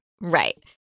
right